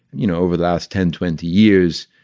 you know, over the last ten, twenty years,